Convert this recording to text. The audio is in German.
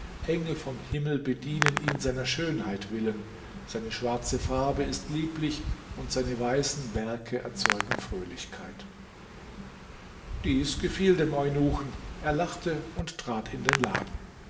engel vom himmel bedienen ihn seiner schönheit willen seine schwarze farbe ist lieblich und seine weißen werke erzeugen fröhlichkeit dies gefiel dem eunuchen er lachte und trat in den laden